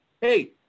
Hey